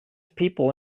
people